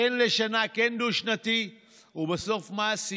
כן לשנה, כן דו-שנתי, ובסוף, מה עשיתם?